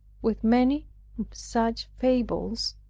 with many such fables,